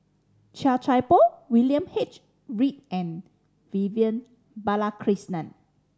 Chia Thye Poh William H Read and Vivian Balakrishnan